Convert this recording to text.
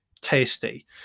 tasty